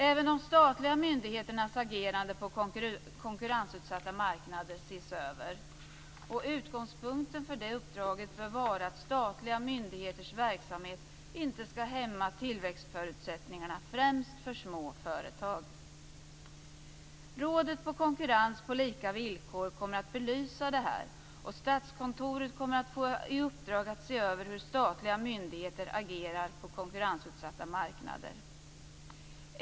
Även de statliga myndigheternas agerande på konkurrensutsatta marknader ses över. Utgångspunkten för detta uppdrag bör vara att statliga myndigheters verksamhet inte skall hämma tillväxtförutsättningarna främst för små företag. Rådet för konkurrens på lika villkor kommer att belysa detta, och Statskontoret kommer att få i uppdrag att se över hur statliga myndigheter agerar på konkurrensutsatta marknader.